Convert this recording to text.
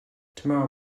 tomorrow